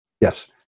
Yes